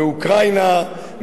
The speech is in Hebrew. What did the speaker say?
מאוקראינה,